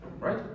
right